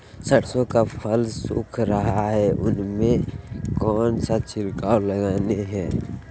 सरसो का फल सुख रहा है उसमें कौन सा छिड़काव लगानी है?